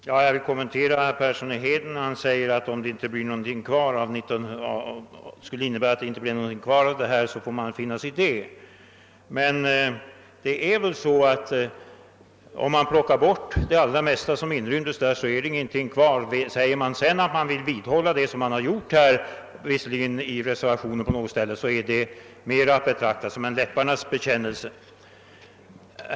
Herr talman! Jag vill göra en kommentar till herr Perssons i Heden anförande. Herr Persson säger att för den händelse det inte blir något kvar av 1967 års jordbruksbeslut får man finna sig häri. Om man plockar bort det allra mesta som inryms i detta beslut, blir det ju inget kvar. Om man säger sig vilja hålla fast vid detta beslut, såsom man trots allt gjort i reservationen, måste det betraktas mera som en läpparnas bekännelse.